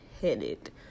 headed